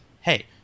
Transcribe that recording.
hey